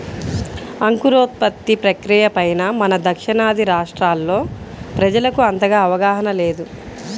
అంకురోత్పత్తి ప్రక్రియ పైన మన దక్షిణాది రాష్ట్రాల్లో ప్రజలకు అంతగా అవగాహన లేదు